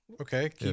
Okay